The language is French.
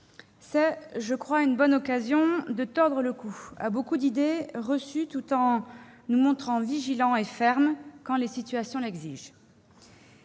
C'est, me semble-t-il, une bonne occasion de tordre le cou à beaucoup d'idées reçues, tout en nous montrant vigilants et fermes quand les situations l'exigent.